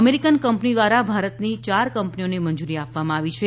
American company દ્વારા ભારતની ચાર કંપનીઓને મંજૂરી આપવામાં આવી છે